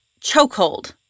Chokehold